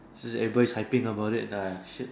everybody is hyping about it !aiya! shit